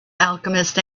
alchemist